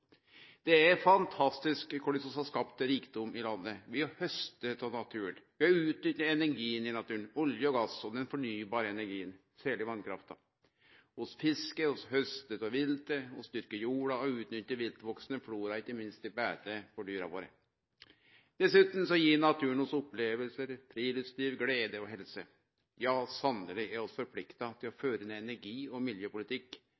Det er fantastisk korleis vi har skapt rikdom i landet. Vi haustar av naturen, vi har utnytta energien i naturen, olje og gass og den fornybare energien – særleg vasskraft – vi fiskar, vi haustar av viltet og styrkjer jorda og utnyttar viltveksande flora, ikkje minst til beite for dyra våre. Dessutan gir naturen oss opplevingar, friluftsliv, glede og helse. Sanneleg er vi forplikta til å føre ein energi- og miljøpolitikk